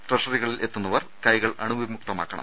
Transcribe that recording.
ട്രഷറികളിൽ എത്തുന്നവർ കൈകൾ അണുവിമുക്തമാക്കണം